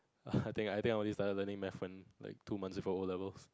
I think I think I started learning maths like two months ago for O-levels